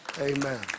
amen